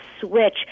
switch